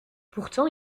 pourtant